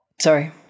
Sorry